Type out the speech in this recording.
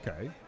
Okay